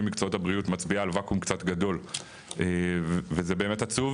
מקצועות הבריאות מצביעה על ואקום קצת גדול וזה קצת עצוב